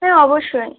হ্যাঁ অবশ্যই